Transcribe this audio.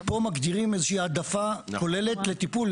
פה מגדירים איזה שהיא העדפה כוללת לטיפול,